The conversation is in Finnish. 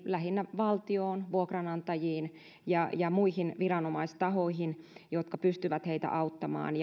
lähinnä valtioon vuokranantajiin ja ja muihin viranomaistahoihin jotka pystyvät heitä auttamaan